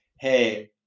hey